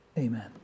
Amen